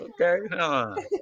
Okay